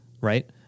right